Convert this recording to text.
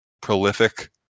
prolific